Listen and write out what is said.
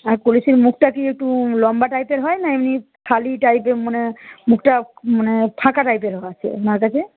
আর কলসির মুখটা কি একটু লম্বা টাইপের হয় না এমনি থালি টাইপের মানে মুখটা মানে ফাঁকা টাইপেরও আছে আপনার কাছে